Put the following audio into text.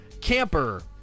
Camper